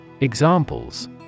Examples